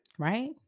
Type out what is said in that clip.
Right